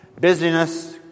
Busyness